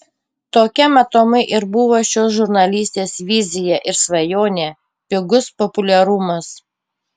tokia matomai ir buvo šios žurnalistės vizija ir svajonė pigus populiarumas